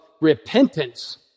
repentance